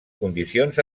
condicions